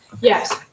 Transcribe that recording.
Yes